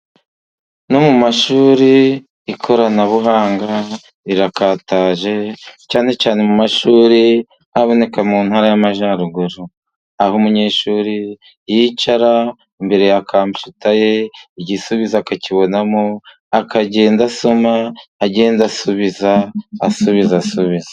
No mu mashuri ikoranabuhanga rirakataje, cyane cyane mu mashuri aboneka mu Ntara y'Amajyaruguru. Aho umunyeshuri yicara imbere ya kompiyuta ye igisubizo akakibonamo. Akagenda asoma, agenda asubiza, asubiza, asubiza.